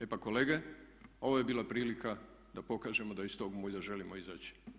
E pa kolege, ovo je bila prilika da pokažemo da iz tog mulja želimo izaći.